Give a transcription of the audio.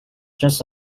just